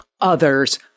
others